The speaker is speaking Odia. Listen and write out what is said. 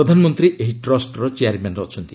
ପ୍ରଧାନମନ୍ତ୍ରୀ ଏହି ଟ୍ରଷ୍ଟର ଚେୟାରମ୍ୟାନ୍ ଅଛନ୍ତି